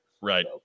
right